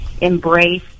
embrace